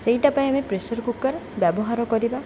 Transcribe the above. ସେଇଟା ପାଇଁ ଆମେ ପ୍ରେସର୍ କୁକର୍ ବ୍ୟବହାର କରିବା